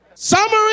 Summary